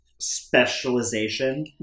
specialization